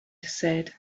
said